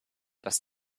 das